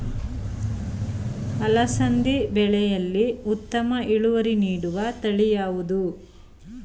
ಅಲಸಂದಿ ಬೆಳೆಯಲ್ಲಿ ಉತ್ತಮ ಇಳುವರಿ ನೀಡುವ ತಳಿ ಯಾವುದು?